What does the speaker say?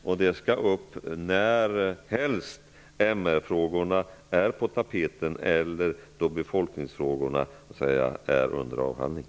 Den skall tas upp närhelst MR-frågor är på tapeten eller då befolkningsfrågor är under behandling.